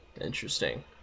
Interesting